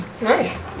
Nice